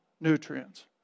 nutrients